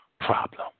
problem